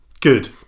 Good